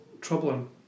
troubling